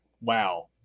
wow